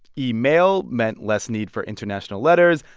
email meant less need for international letters.